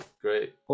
Great